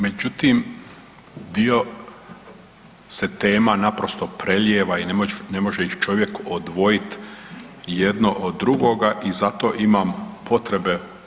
Međutim, dio se tema naprosto prelijeva i ne može ih čovjek odvojiti jedno od drugoga i zato imam potrebe.